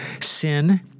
Sin